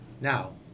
Now